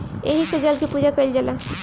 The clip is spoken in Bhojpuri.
एही से जल के पूजा कईल जाला